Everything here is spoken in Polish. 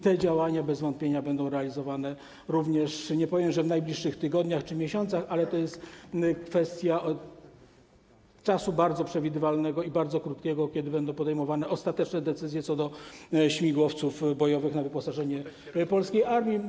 Te działania bez wątpienia będą realizowane również, nie powiem, że w najbliższych tygodniach czy miesiącach, ale to jest kwestia czasu bardzo przewidywalnego i bardzo krótkiego, kiedy będą podejmowane ostateczne decyzje co do śmigłowców bojowych w wyposażeniu polskiej armii.